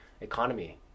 economy